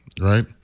right